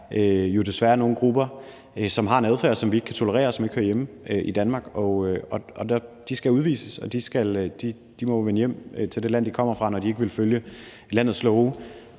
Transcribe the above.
jo desværre nogle grupper, som har en adfærd, som vi ikke kan tolerere, og som ikke hører hjemme i Danmark. De skal udvises, og de må vende hjem til det land, de kommer fra, når de ikke vil følge landets love.